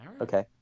Okay